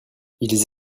ils